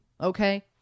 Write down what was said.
Okay